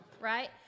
right